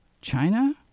China